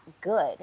good